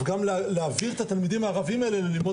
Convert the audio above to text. וגם להעביר את התלמידים האלה ללמוד